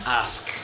ask